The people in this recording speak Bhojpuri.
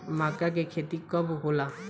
माका के खेती कब होला?